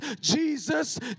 Jesus